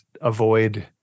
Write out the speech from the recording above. avoid